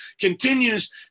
Continues